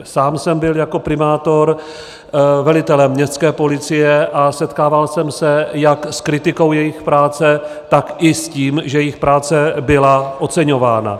Sám jsem byl jako primátor velitelem městské policie a setkával jsem se jak s kritikou jejich práce, tak i s tím, že jejich práce byla oceňována.